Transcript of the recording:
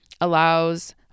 allows